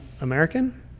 American